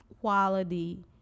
quality